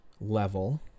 level